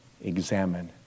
examine